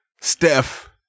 Steph